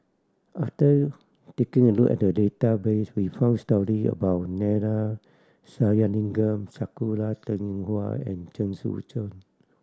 after taking a look at the database we found story about Neila Sathyalingam Sakura Teng Ying Hua and Chen Sucheng